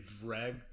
drag